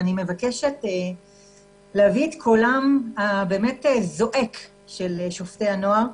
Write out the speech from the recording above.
אני מבקשת להביא את קולם הזועק של שופטי הנוער,